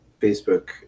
Facebook